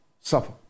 suffer